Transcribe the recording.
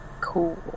Cool